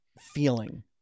feeling